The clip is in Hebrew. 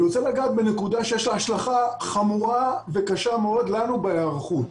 אני רוצה לדעת בנקודה שיש לה השלכה חמורה וקשה מאוד לנו בהיערכות.